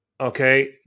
Okay